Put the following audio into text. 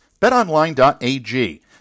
BetOnline.ag